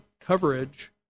coverage